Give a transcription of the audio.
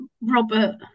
Robert